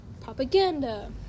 propaganda